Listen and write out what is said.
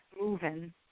moving